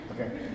Okay